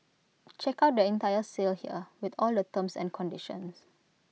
check out their entire sale here with all the terms and conditions